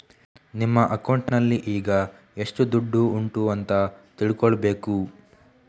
ನಿಮ್ಮ ಅಕೌಂಟಿನಲ್ಲಿ ಈಗ ಎಷ್ಟು ದುಡ್ಡು ಉಂಟು ಅಂತ ತಿಳ್ಕೊಳ್ಬೇಕು